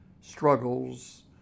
struggles